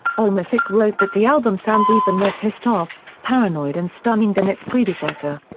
allmusic wrote that the album sounds even more pissed-off, paranoid and stunning than its predecessor.